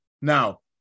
Now